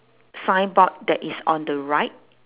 signboard that is on the right